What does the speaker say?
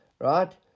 right